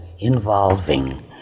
involving